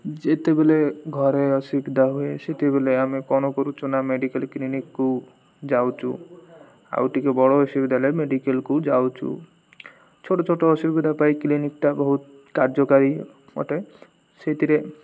ଯେତେବେଳେ ଘରେ ଅସୁବିଧା ହୁଏ ସେତେବେଳେ ଆମେ କ'ଣ କରୁଛୁ ନା ମେଡ଼ିକାଲ୍ କ୍ଲିନିକ୍କୁ ଯାଉଛୁ ଆଉ ଟିକେ ବଡ଼ ଅସୁବିଧା ହେଲେ ମେଡ଼ିକାଲ୍କୁ ଯାଉଛୁ ଛୋଟ ଛୋଟ ଅସୁବିଧା ପାଇ କ୍ଲିନିକ୍ଟା ବହୁତ କାର୍ଯ୍ୟକାରୀ ଅଟେ ସେଇଥିରେ